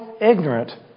ignorant